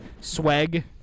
Swag